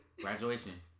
Graduation